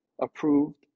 approved